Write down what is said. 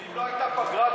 אם לא הייתה פגרה,